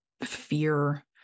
fear